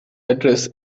address